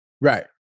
right